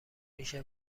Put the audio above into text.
میشه